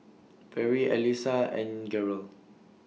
Fairy Allyssa and Garold